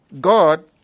God